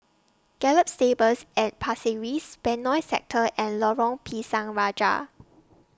Gallop Stables At Pasir Ris Benoi Sector and Lorong Pisang Raja